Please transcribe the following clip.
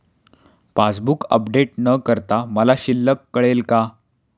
Passbook update न करता मला शिल्लक कळेल का?